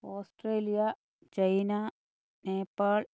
Australia China Nepal